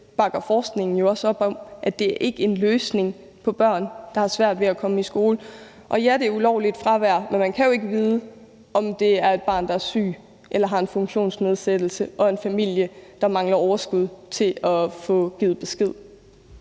bakker forskningen jo også op om, altså at det ikke er en løsning i forhold til børn, der har svært ved at komme i skole. Ja, det er ulovligt fravær, men man kan jo ikke vide, om det er et barn, der er syg eller har en funktionsnedsættelse og en familie, der mangler overskud til at få givet besked.